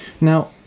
now